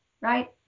Right